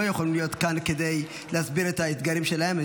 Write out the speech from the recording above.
יכולים להיות כאן כדי להסביר את האתגרים שלהם.